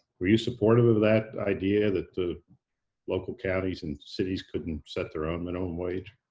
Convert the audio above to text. were you supportive of that idea, that the local counties and cities couldn't set their own minimum wage?